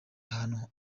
hantu